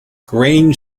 grange